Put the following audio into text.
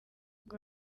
ngo